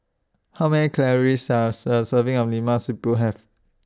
How Many Calories Does A Serving of Lemak Siput Have